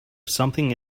something